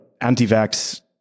anti-vax